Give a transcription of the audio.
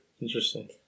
Interesting